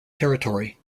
territory